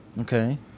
Okay